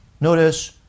notice